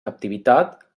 captivitat